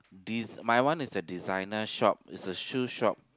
des~ my one is a designer shop is a shoe shop